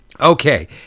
Okay